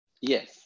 Yes